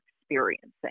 experiencing